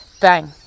bang